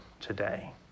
today